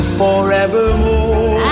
forevermore